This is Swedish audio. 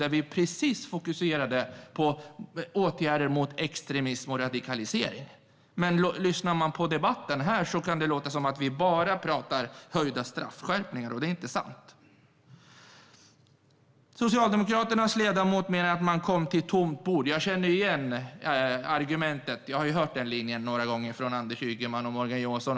Där fokuserade vi på åtgärder mot extremism och radikalisering. Men lyssnar man på debatten här kan det låta som att vi bara pratar om straffskärpningar, och det är inte sant. Socialdemokraternas ledamot menar att man kom till ett tomt bord. Jag känner igen argumentet; jag har ju hört den linjen några gånger från Anders Ygeman och Morgan Johansson.